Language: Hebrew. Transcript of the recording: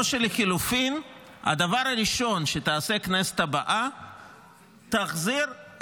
ובאמת הכנסת כנראה הולכת להעביר ללא